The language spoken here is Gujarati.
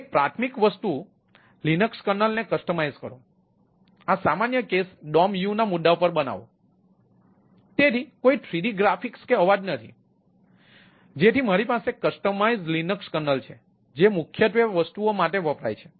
એક પ્રાથમિક વસ્તુ લિનક્સ કર્નલ છે જે મુખ્યત્વે વસ્તુઓ માટે વપરાય છે